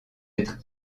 être